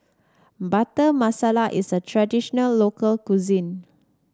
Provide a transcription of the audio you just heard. Butter Masala is a traditional local cuisine